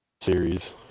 series